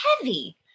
heavy